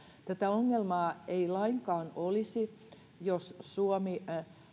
tätä ongelmaa ei lainkaan olisi jos suomi